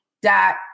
dot